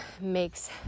makes